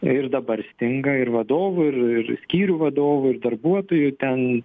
ir dabar stinga ir vadovo ir ir skyrių vadovų ir darbuotojų ten